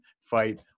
fight